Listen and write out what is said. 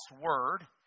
word